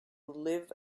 live